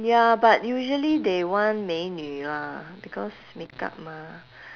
ya but usually they want 美女：mei nv lah because makeup mah